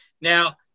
Now